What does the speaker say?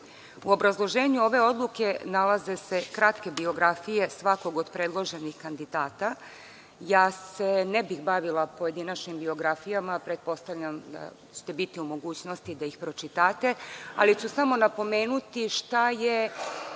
obrazloženju ove odluke nalaze se kratke biografije svakog od predloženih kandidata. Ne bih se bavila pojedinačnim biografijama. Pretpostavljam da ćete biti u mogućnosti da ih pročitate. Ali, samo ću napomenuti šta je